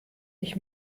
ich